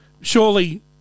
surely